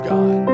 God